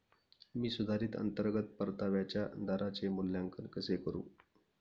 मी सुधारित अंतर्गत परताव्याच्या दराचे मूल्यांकन कसे करू?